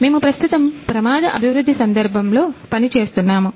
మేము ప్రస్తుతం ప్రమాద అభివృద్ధి సందర్భం లో పని చేస్తున్నాము